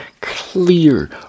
clear